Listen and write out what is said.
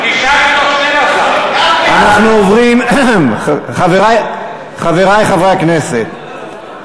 תשעה מתוך 12. חברי חברי הכנסת,